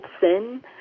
sin